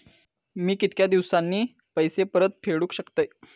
मी कीतक्या दिवसांनी पैसे परत फेडुक शकतय?